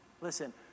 Listen